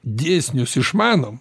dėsnius išmanom